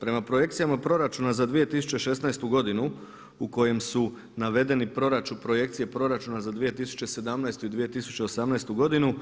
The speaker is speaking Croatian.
Prema projekcijama proračuna za 2016. godinu u kojem su navedene projekcije proračuna za 2017. i 2018. godinu